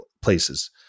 places